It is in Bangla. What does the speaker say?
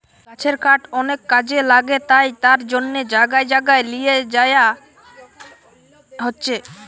গাছের কাঠ অনেক কাজে লাগে তাই তার জন্যে জাগায় জাগায় লিয়ে যায়া হচ্ছে